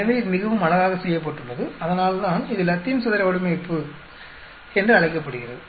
எனவே இது மிகவும் அழகாக செய்யப்பட்டுள்ளது அதனால்தான் இது லத்தீன் சதுர வடிவமைப்பு என்று அழைக்கப்படுகிறது